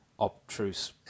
obtruse